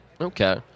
Okay